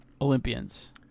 Olympians